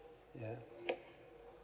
yeah